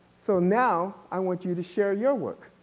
so now i want you to share your work.